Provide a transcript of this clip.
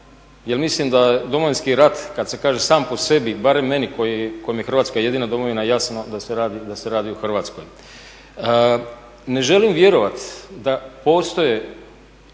jel mislim da Domovinski rat kad se kaže samo po sebi barem meni kojem je Hrvatska jedina domovina jasno da se radi o Hrvatskoj. Ne želim vjerovat da postoje,